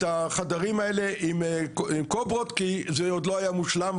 החדרים האלה עם קוברות כי זה עוד לא היה מושלם,